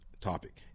topic